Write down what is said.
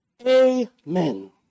Amen